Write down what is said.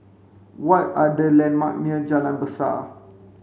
what are the landmark near Jalan Besar